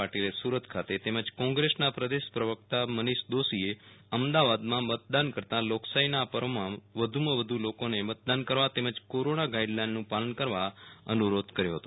પાટિલે સુરત ખાતે તેમજ કોંગ્રેસના પ્રદેશ પ્રવક્તા મનિષ દોશીએ અમદાવાદમાં મતદાન કરતા લોકશાહીના આ પર્વમાં વધુમાં વધુ લોકોને મતદાન કરવા તેમજ કોરોના ગાઈડલાઈનનું પાલક કરવા અનુ રોધ કર્યો હતો